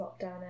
lockdown